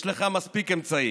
יש לך מספיק אמצעים,